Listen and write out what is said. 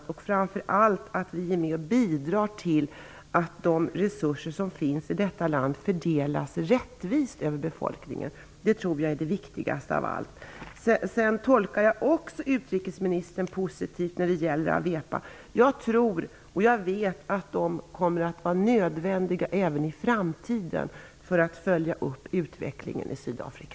Vi skall framför allt vara med och bidra till att de resurser som finns i detta land fördelas rättvist över befolkningen. Det tror jag är det viktigaste av allt. Jag tolkar också utrikesministern positivt när det gäller AWEPA. Jag tror och vet att AWEPA kommer att vara nödvändigt även i framtiden för att följa upp utvecklingen i Sydafrika.